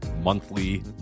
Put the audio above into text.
monthly